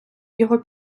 його